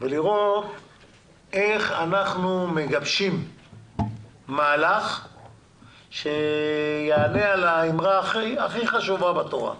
לראות איך אנחנו מגבשים מהלך שיענה על האמרה הכי חשובה בתורה: